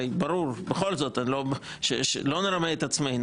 לא נרמה את עצמנו.